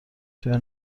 توی